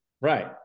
Right